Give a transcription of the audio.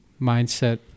mindset